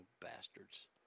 bastards